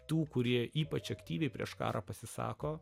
tų kurie ypač aktyviai prieš karą pasisako